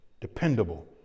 dependable